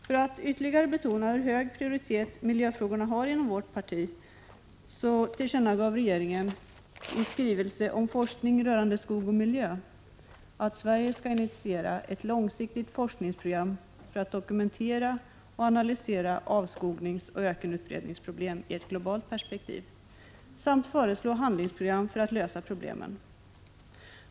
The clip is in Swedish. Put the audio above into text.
För att ytterligare betona hur hög prioritet miljöfrågorna har inom vårt parti tillkännagav regeringen i en skrivelse om forskning rörande skog och miljö att Sverige skall initiera ett långsiktigt forskningsprogram för att dokumentera och analysera avskogningsoch ökenutbredningsproblem i ett globalt perspektiv samt föreslå ett handlingsprogram för att lösa problemen.